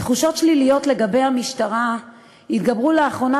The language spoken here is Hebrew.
תחושות שליליות לגבי המשטרה התגברו לאחרונה